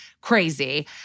crazy